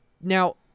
now